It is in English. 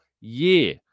year